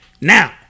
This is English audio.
Now